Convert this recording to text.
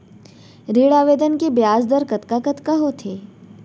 ऋण आवेदन के ब्याज दर कतका कतका होथे?